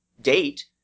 date